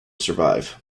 survive